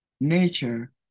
nature